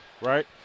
right